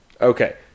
Okay